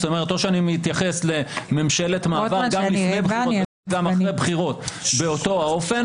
או שאני מתייחס לממשלת מעבר גם לפני וגם אחרי בחירות באותו האופן